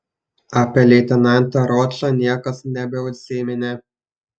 apie leitenantą ročą niekas nebeužsiminė